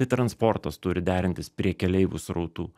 tai transportas turi derintis prie keleivių srautų